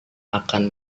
akan